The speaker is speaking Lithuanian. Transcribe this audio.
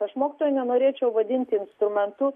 aš mokytojo nenorėčiau vadinti instrumentu